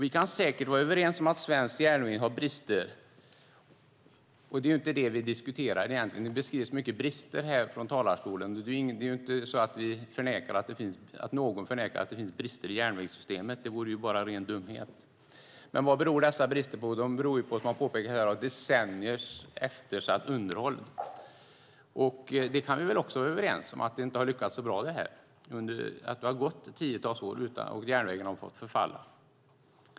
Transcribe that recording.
Vi kan säkert vara överens om att svensk järnväg har brister, men egentligen är det inte vad vi diskuterar. Många brister har beskrivits här i talarstolen. Det är inte så att någon förnekar att det finns brister i järnvägssystemet. Att förneka det vore ren dumhet. Vad beror då de här bristerna på? Jo, som det påpekats här beror de på eftersatt underhåll i decennier. Vi kan vara överens om att det inte lyckats så bra i det avseendet. Tiotals år har gått under vilka järnvägen fått förfalla.